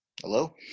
hello